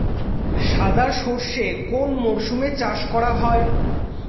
সাদা সর্ষে কোন মরশুমে চাষ করা হয়?